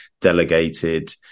delegated